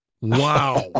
Wow